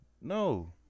No